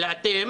אלא אתם